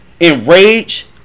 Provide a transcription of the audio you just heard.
enrage